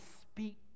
speak